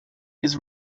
his